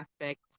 affect